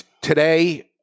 today